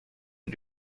und